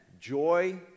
joy